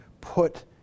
put